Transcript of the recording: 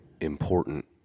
important